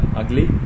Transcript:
ugly